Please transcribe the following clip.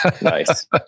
nice